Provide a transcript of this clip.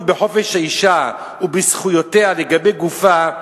בחופש האשה ובזכויותיה לגבי גופה,